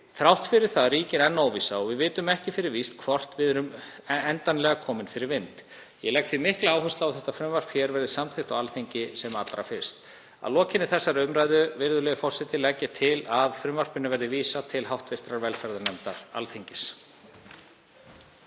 Þrátt fyrir það ríkir enn óvissa og við vitum ekki fyrir víst hvort við erum endanlega komin fyrir vind. Ég legg því mikla áherslu á að frumvarpið verði samþykkt hér á Alþingi sem allra fyrst. Að lokinni þessari umræðu, virðulegi forseti, legg ég til að frumvarpinu verði vísað til hv. velferðarnefndar Alþingis.